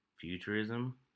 futurism